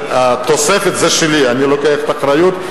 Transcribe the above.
התוספת היא שלי, אני לוקח את האחריות.